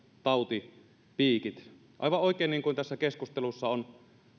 tautipiikit aivan oikein niin kuin tässä keskustelussa on